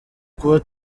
kuba